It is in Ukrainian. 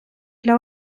для